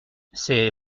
c’est